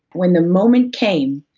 when the moment came,